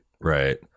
Right